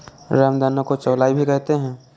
रामदाना को चौलाई भी कहते हैं